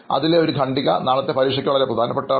അതിലെ ഒരു ഖണ്ഡിക നാളത്തെ പരീക്ഷയ്ക്ക് വളരെ പ്രധാനപ്പെട്ടതാണ്